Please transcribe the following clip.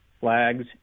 flags